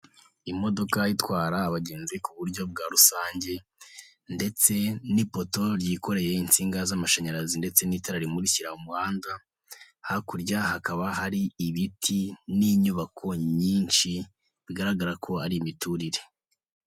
Imodoka itwara abagenzi ku buryo bwa rusange, ndetse n'ipoto ryikoreye insinga z'amashanyarazi ndetse n'itara rimurikira umuhanda, hakurya hakaba hari ibiti n'inyubako nyinshi bigaragara ko ari imiturire.